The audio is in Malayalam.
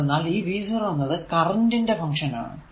എന്തെന്നാൽ ഈ vo എന്നത് കറന്റ് ന്റെ ഫങ്ക്ഷൻ ആണ്